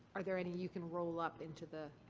are there any you can roll up into the